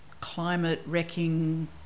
climate-wrecking